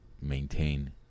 maintain